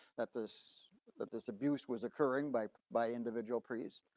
that this disabuse was occurring by by individual priests.